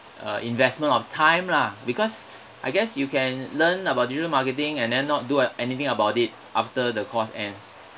uh investment of time lah because I guess you can learn about digital marketing and then not do anything about it after the course ends